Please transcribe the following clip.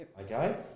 okay